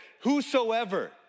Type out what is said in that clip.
whosoever